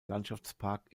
landschaftspark